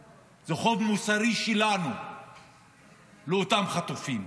זה חוב מוסרי שלנו לאותם חטופים,